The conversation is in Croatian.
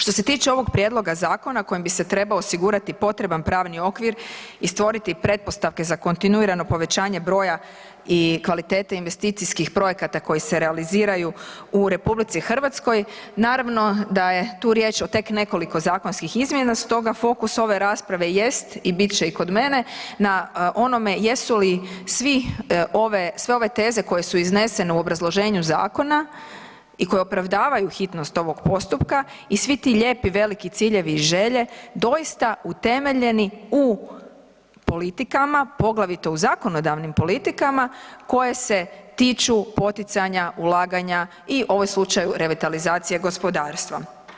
Što se tiče ovog prijedloga zakona kojim bi se trebao osigurati potreban pravni okvir i stvoriti pretpostavke za kontinuirano povećanje broja i kvalitete investicijskih projekata koji se realiziraju u RH, naravno da je tu riječ o tek nekoliko zakonskih izmjena stoga fokus ove rasprave jest i bit će i kod mene na onome jesu li sve ove teze koje su iznesene u obrazloženju zakona i koje opravdavaju hitnost ovog postupka i svi ti lijepi veliki ciljevi i želje, doista utemeljeni u politikama, poglavito u zakonodavnim politikama koje se tiču poticanja ulaganja i u ovom slučaju, revitalizacije gospodarstva.